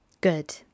good